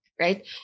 right